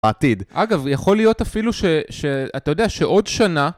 עתיד. אגב, יכול להיות אפילו ש... אתה יודע שעוד שנה...